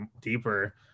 deeper